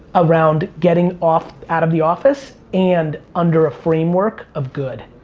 around getting off, out of the office, and under a framework of good.